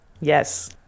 Yes